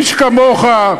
איש כמוך,